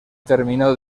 terminó